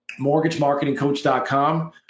Mortgagemarketingcoach.com